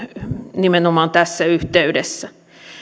nimenomaan tässä yhteydessä